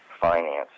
financing